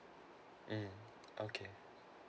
mm okay